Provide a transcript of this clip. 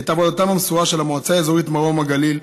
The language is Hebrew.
את עבודתם המסורה של המועצה האזורית מרום הגליל,